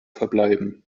verbleiben